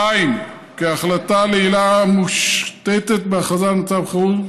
2. כחלופה לעילה המושתתת בהכרזה על מצב חירום,